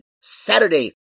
Saturday